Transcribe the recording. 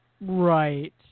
Right